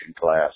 class